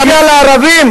זה נוגע לערבים.